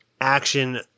action